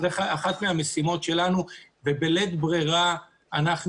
זו אחת מהמשימות שלנו ובלית ברירה אנחנו